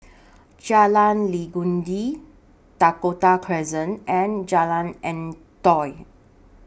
Jalan Legundi Dakota Crescent and Jalan Antoi